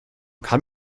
kann